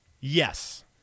Yes